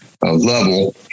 level